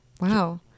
Wow